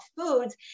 foods